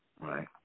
right